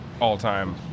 all-time